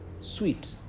sweet